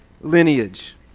lineage